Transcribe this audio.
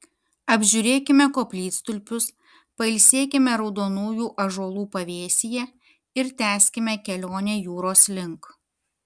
apžiūrėkime koplytstulpius pailsėkime raudonųjų ąžuolų pavėsyje ir tęskime kelionę jūros link